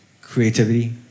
creativity